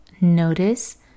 Notice